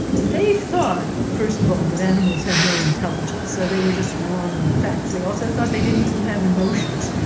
they thought first of all, that animals had no intelligence, so they were just wrong on the facts. they also thought they didn't even have emotions.